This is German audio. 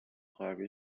trage